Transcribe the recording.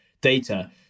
data